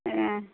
ஆ